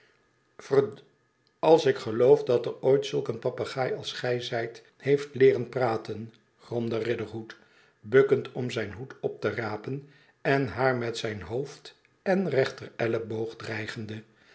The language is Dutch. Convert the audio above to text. verd als ik geloof dat er ooit zulk een papegaai als gij zijt heeft leeren praten gromde riderhood bukkend om zijn hoed op te rapen en haar met zijn hoofd en rechterelleboog dreigende